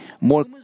more